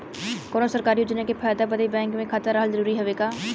कौनो सरकारी योजना के फायदा बदे बैंक मे खाता रहल जरूरी हवे का?